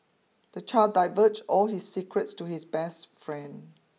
the child diverged all his secrets to his best friend